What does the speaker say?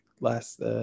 last –